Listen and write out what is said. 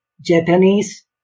japanese